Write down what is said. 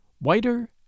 whiter